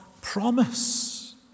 promise